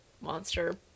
monster